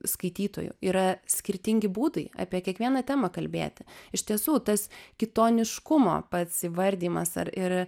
skaitytojų yra skirtingi būdai apie kiekvieną temą kalbėti iš tiesų tas kitoniškumo pats įvardijimas ar ir